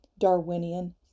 Darwinian